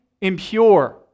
impure